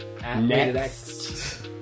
Next